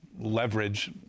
leverage